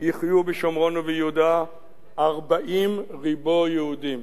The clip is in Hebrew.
יחיו בשומרון וביהודה 40 ריבוא יהודים,